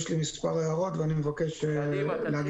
יש לי מספר הערות ואני מבקש להגיב.